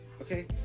okay